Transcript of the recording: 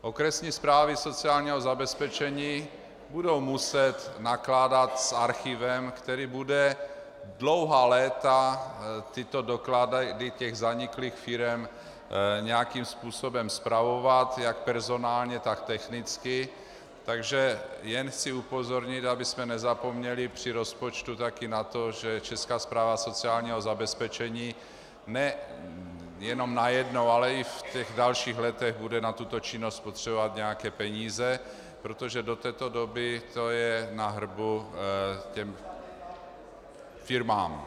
Okresní správy sociálního zabezpečení budou muset nakládat s archivem, který bude dlouhá léta tyto doklady zaniklých firem nějakým způsobem spravovat jak personálně, tak technicky, takže jen chci upozornit, abychom nezapomněli při rozpočtu také na to, že Česká správa sociálního zabezpečení ne najednou, ale i v dalších letech bude na tuto činnost potřebovat nějaké peníze, protože do této doby to je na hrbu těm firmám.